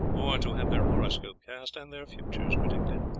or to have their horoscope cast and their futures predicted.